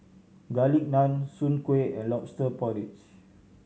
Garlic Naan Soon Kuih and Lobster Porridge